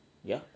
ya